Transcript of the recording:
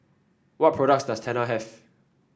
what products does Tena have